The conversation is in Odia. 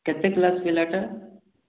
କେତେ କ୍ଲାସ୍ ପିଲାଟା